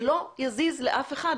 זה לא יזיז לאף אחד.